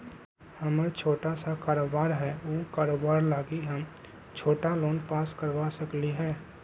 हमर छोटा सा कारोबार है उ कारोबार लागी हम छोटा लोन पास करवा सकली ह?